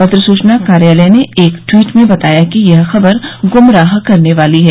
पत्र सूचना कार्यालय ने एक ट्वीट में बताया है कि यह खबर गुमराह करने वाली है